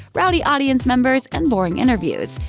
rowdy audience members, and boring interviews.